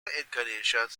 incarnations